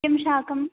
किं शाकम्